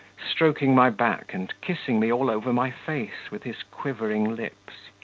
stroking my back and kissing me all over my face with his quivering lips.